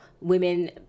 women